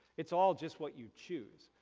it's all just what you choose.